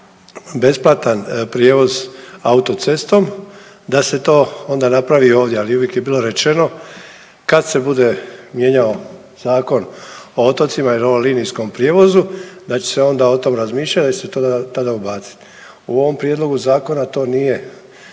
imaju besplatan prijevoz autocestom da se to ona napravi i ovdje. Ali uvijek je bilo rečeno kad se bude mijenjao Zakon o otocima ili o linijskom prijevozu da će se onda o tome razmišljat da će se tada ubaciti. U ovom prijedlogu zakona to nije